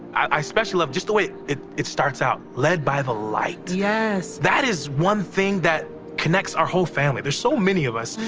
i especially love just the way it it starts out. led by the light. yes! that is one thing that connects our whole family. there's so many of us,